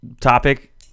topic